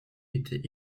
était